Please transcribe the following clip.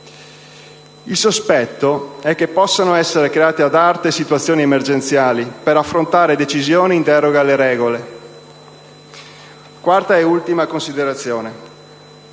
Il sospetto è che possano essere create ad arte situazioni emergenziali per adottare decisioni in deroga alle regole. Quarta e ultima considerazione.